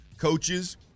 coaches